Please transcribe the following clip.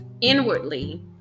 inwardly